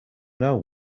know